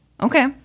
Okay